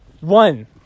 One